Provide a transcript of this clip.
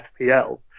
FPL